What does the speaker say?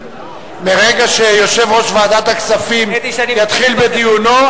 ברגע שיושב-ראש ועדת הכספים מתחיל בנאומו,